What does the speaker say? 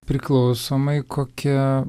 priklausomai kokia